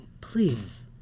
please